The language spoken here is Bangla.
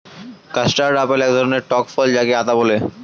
কাস্টার্ড আপেল এক ধরণের টক ফল যাকে আতা বলে